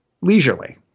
leisurely